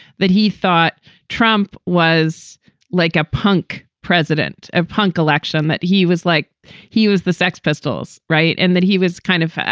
that he thought trump was like a punk president of punk election, that he was like he was the. sex pistols. right. and that he was kind of fat.